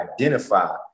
identify